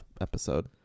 episode